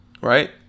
Right